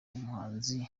w’umuhanzi